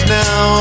now